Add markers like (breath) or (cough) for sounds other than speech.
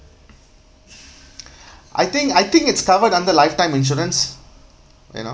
(breath) I think I think it's covered under lifetime insurance you know